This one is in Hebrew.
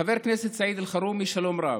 חבר הכנסת סעיד אלחרומי, שלום רב.